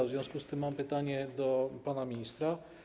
W związku z tym mam pytanie do pana ministra.